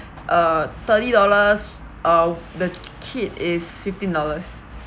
uh thirty dollars uh the kid is fifteen dollars